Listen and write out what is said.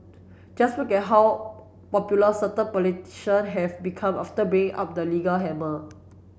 just look at how popular certain politician have become after bringing up the legal hammer